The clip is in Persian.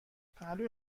پهلوی